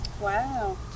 Wow